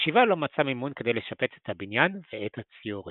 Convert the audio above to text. הישיבה לא מצאה מימון כדי לשפץ את הבניין ואת הציורים.